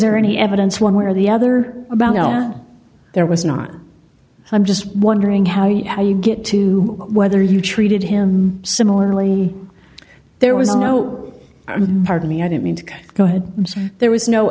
there any evidence one way or the other about now there was not i'm just wondering how you get to whether you treated him similarly there was no i mean pardon me i didn't mean to go ahead and say there was no